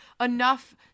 enough